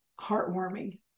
heartwarming